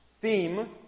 theme